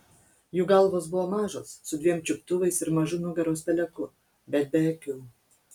jų galvos buvo mažos su dviem čiuptuvais ir mažu nugaros peleku bet be akių